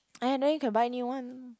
!aiya! then you can buy new one